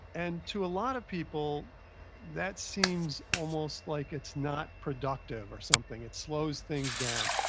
and to a lot of people that seems almost like it's not productive or something. it slows things down.